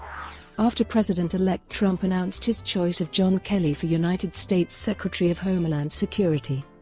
after president-elect trump announced his choice of john kelly for united states secretary of homeland security,